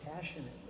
passionately